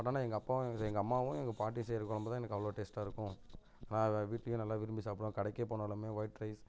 அதனால் எங்கள் அப்பாவும் எங்கள் அம்மாவும் எங்கள் பாட்டியும் செய்கிற குழம்புதான் எனக்கு அவ்வளோ டேஸ்ட்டாக இருக்கும் நான் அதை வீட்டுலேயும் நல்லா விரும்பி சாப்பிடுவேன் கடைக்கே போனாலுமே ஒயிட் ரைஸ்